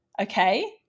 Okay